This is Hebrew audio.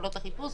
יכולות החיפוש,